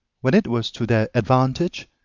when it was to their advantage,